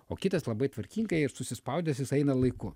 o kitas labai tvarkingai ir susispaudęs jis eina laiku